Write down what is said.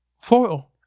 Foil